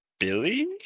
Billy